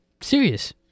serious